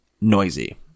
noisy